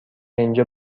اینجا